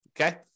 Okay